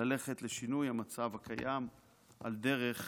ללכת לשינוי המצב הקיים על דרך